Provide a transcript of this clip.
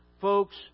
Folks